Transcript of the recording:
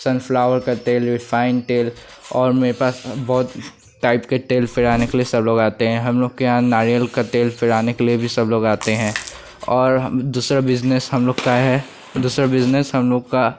sunflower का तेल refine का तेल और मेरे पास बहुत टाइप के तेल पिराने के लिए सब लोग आते हैं हम लोग के यहाँ नारियल के तेल पिराने के लिए सब लोग आते हैं और हम दुसरा बिज़नेस हम लोग का है दुसरा बिज़नेस हम लोग का